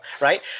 right